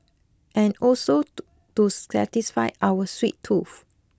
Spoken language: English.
and also to satisfy our sweet tooth